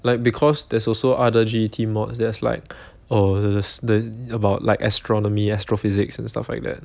like because there's also other G_E_T mods there's like oh the about like astronomy astrophysics and stuff like that